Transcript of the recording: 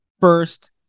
first